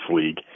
league